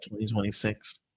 2026